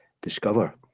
discover